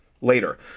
later